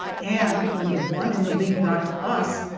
and when the one in the lead got to us,